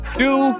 two